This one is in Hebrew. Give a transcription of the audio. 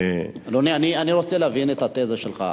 אדוני, אני רוצה להבין את התזה שלך.